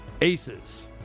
Aces